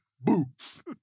Boots